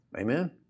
Amen